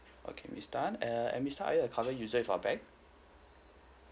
okay miss tan err eh miss tan are you a caller user with our bank